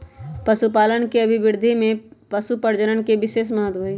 पशुपालन के अभिवृद्धि में पशुप्रजनन के विशेष महत्त्व हई